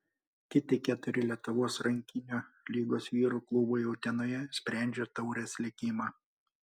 kiti keturi lietuvos rankinio lygos vyrų klubai utenoje sprendžia taurės likimą